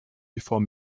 before